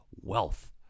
wealth